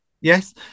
Yes